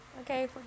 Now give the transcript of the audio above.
Okay